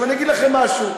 אני אגיד לכם משהו,